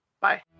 Bye